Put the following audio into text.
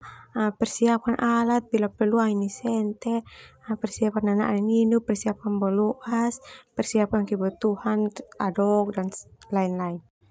Persiapkan alat, bila perlu au ini senter, persiapkan nanaak nininuk, persiapkan boloas, persiapkan kebutuhan adok dan lain-lain.